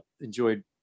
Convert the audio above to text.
Enjoyed